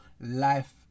life